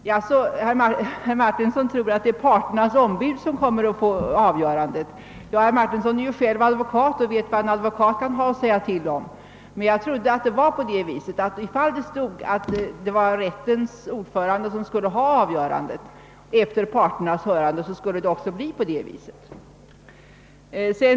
Herr Martinsson tror att det är parternas ombud som kommer att få avgörandet. Herr Martinsson är ju själv advokat och vet vad en advokat kan ha att säga till om. Men jag trodde att det var på det viset, att ifall det stod; ätt det var rättens ordförande som skulle ha avgörandet efter parternas hörande, det också skulle bli så.